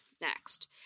next